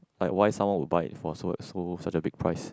like why someone would buy it for so for such a big price